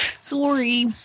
Sorry